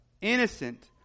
innocent